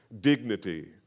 dignity